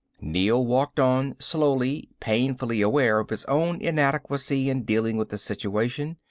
neel walked on slowly, painfully aware of his own inadequacy in dealing with the situation.